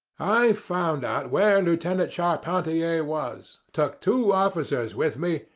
i found out where lieutenant charpentier was, took two officers with me,